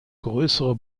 größere